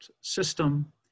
system